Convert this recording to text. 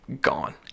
gone